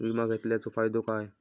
विमा घेतल्याचो फाईदो काय?